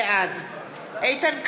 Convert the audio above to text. בעד איתן כבל,